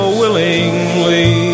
willingly